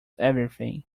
everything